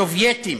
סובייטים,